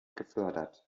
gefördert